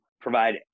provide